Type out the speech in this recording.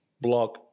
block